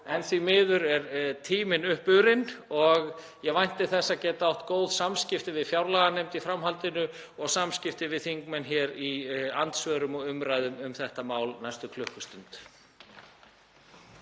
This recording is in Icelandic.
en því miður er tíminn uppurinn. Ég vænti þess að geta átt góð samskipti við fjárlaganefnd í framhaldinu og við þingmenn í andsvörum og umræðum um þetta mál næstu klukkustund.